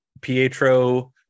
Pietro